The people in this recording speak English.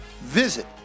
Visit